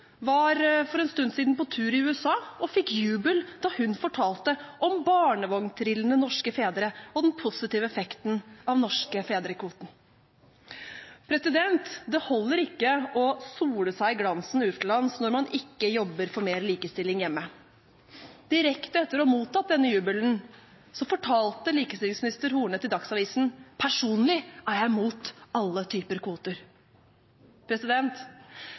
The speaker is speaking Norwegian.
var for en stund siden på tur i USA og fikk jubel da hun fortalte om barnevogntrillende norske fedre og den positive effekten av den norske fedrekvoten. Det holder ikke å sole seg i glansen utenlands når man ikke jobber for mer likestilling hjemme. Direkte etter å ha mottatt denne jubelen fortalte likestillingsminister Horne til Dagsavisen: Personlig er jeg mot alle typer kvoter.